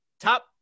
top